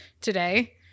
today